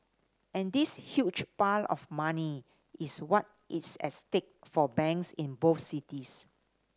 and this huge pile of money is what is at stake for banks in both cities